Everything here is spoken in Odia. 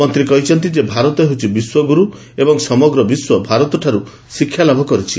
ମନ୍ତ୍ରୀ କହିଛନ୍ତି ଯେ ଭାରତ ହେଉଛି ବିଶ୍ୱଗୁରୁ ଏବଂ ସମଗ୍ର ବିଶ୍ୱ ଭାରତଠାରୁ ଶିକ୍ଷାଲାଭ କରିଛି